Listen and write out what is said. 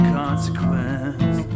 consequence